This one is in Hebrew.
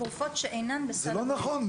זה לא נכון.